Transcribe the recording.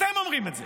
אתם אומרים את זה,